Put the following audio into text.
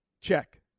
Check